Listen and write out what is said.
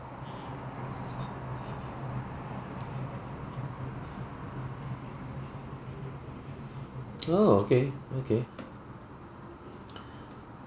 oh okay okay